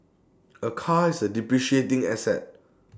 A car is depreciating asset